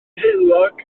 heulog